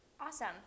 Awesome